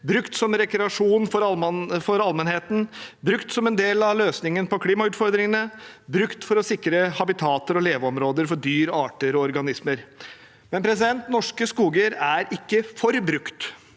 brukt som rekreasjon for allmennheten, brukt som en del av løsningen på klimautfordringene og brukt for å sikre habitater og leveområder for dyr, arter og organismer. Men norske skoger er ikke for mye brukt,